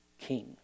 king